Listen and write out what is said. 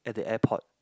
at the airport